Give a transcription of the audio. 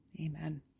Amen